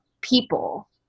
people